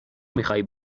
میخوای